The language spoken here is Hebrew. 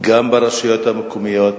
גם ברשויות המקומיות.